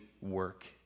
work